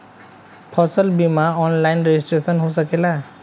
फसल बिमा online registration हो सकेला?